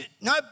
No